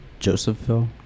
josephville